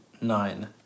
nine